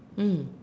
mm